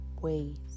ways